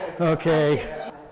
Okay